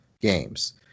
games